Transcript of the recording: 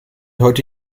heute